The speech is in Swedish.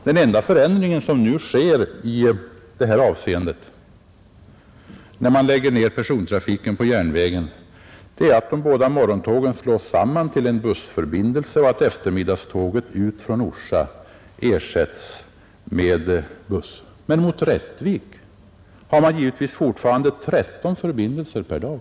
Den enda förändring som nu sker i detta avseende, när man lägger ned persontrafiken på järnvägen, är att de båda morgontågen slås samman till en bussförbindelse och att eftermiddagståget ut från Orsa ersätts med buss. Men mot Rättvik har man givetvis fortfarande tretton förbindelser per dag.